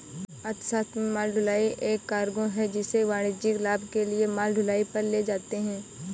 अर्थशास्त्र में माल ढुलाई एक कार्गो है जिसे वाणिज्यिक लाभ के लिए माल ढुलाई पर ले जाते है